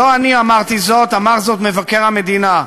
לא אני אמרתי זאת, אמר זאת מבקר המדינה.